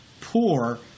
poor